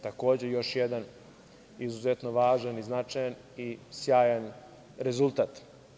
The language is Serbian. Takođe, još jedan izuzetno važan i značajan i sjajan rezultat.